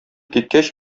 киткәч